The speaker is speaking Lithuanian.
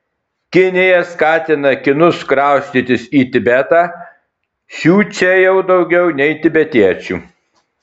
kinija skatina kinus kraustytis į tibetą šių čia jau daugiau nei tibetiečių